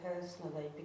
personally